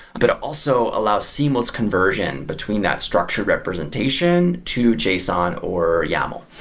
but also allow seamless conversion between that structured representation to json or yaml.